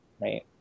right